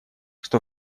что